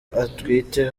atwite